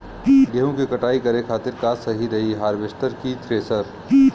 गेहूँ के कटाई करे खातिर का सही रही हार्वेस्टर की थ्रेशर?